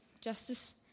justice